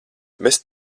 bez